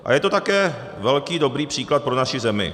A je to také velký dobrý příklad pro naši zemi.